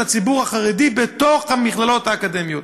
הציבור החרדי בתוך המכללות האקדמיות,